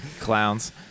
Clowns